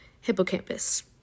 hippocampus